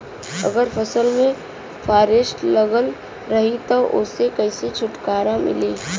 अगर फसल में फारेस्ट लगल रही त ओस कइसे छूटकारा मिली?